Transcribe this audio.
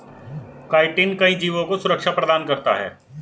chitin कई जीवों को सुरक्षा प्रदान करता है